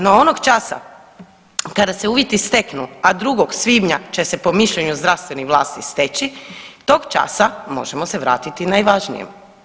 No onog časa kda se uvjeti steknu, a 2. svibnja će se po mišljenju zdravstvenih vlasti steći tog časa možemo se vratiti najvažnijem.